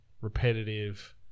repetitive